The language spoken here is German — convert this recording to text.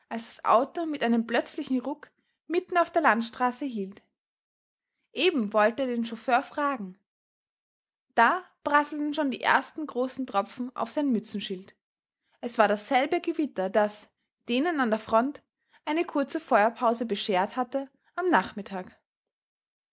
als das auto mit einem plötzlichen ruck mitten auf der landstraße hielt eben wollte er den chauffeur fragen da prasselten schon die ersten großen tropfen auf sein mützenschild es war dasselbe gewitter das denen an der front eine kurze feuerpause beschert hatte am nachmittag